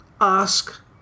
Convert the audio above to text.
ask